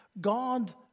God